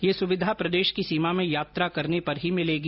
ये सुविधा प्रदेश की सीमा में यात्रा करने पर ही मिलेगी